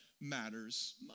matters